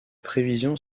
prévision